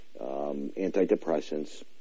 antidepressants